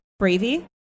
Bravey